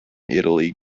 italy